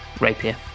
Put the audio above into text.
rapier